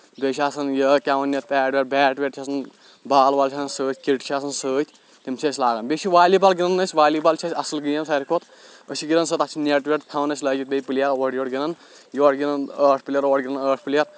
بیٚیہِ چھِ آسان یِہےَ کیٛاہ وَنان اَتھ پیڈ ویڈ بیٹ ویٹ چھِ آسان بال وال چھِ آسان سۭتۍ کِٹ چھِ آسان سۭتۍ تِم چھِ أسۍ لگان بیٚیہِ چھِ والی بال گِنٛدان أسۍ والی بال چھِ اَسہِ اَصٕل گیم ساروٕے کھۄتہٕ أسۍ چھِ گِنٛدان سۄ تَتھ چھُ نیٹ ویٹ تھاوان أسۍ لٲگِتھ بیٚیہِ پٔلیر اورٕ یورٕ گِنٛدان یورٕ گِنٛدان ٲٹھ پِلیر اورٕ گِنٛدان ٲٹھ پِلیر